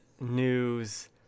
news